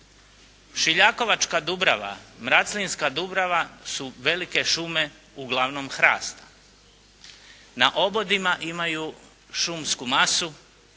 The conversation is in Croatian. Šiljakovačka dubrava, Mraclinska dubrava su velike šume uglavnom hrasta. Na obodima imaju šumsku masu,